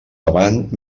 avant